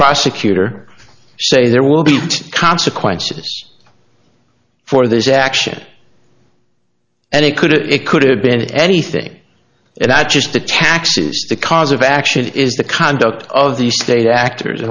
prosecutor say there would be consequences for this action and it could it could have been anything at that just the taxes the cause of action is the conduct of the state actors